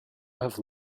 have